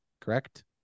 correct